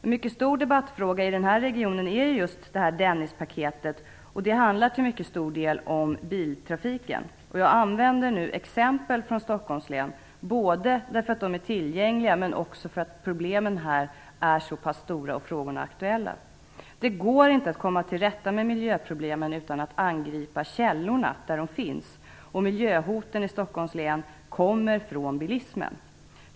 En mycket stor debattfråga i den här regionen är ju just Dennispaketet. Det handlar till mycket stor del om biltrafiken. Jag använder nu exempel från Stockholms län dels för att de är tillgängliga, dels för att problemen är så pass stora och frågorna aktuella. Det går inte att komma till rätta med miljöproblemen utan att angripa källorna. Miljöhoten i Stockholms län kommer från bilismen.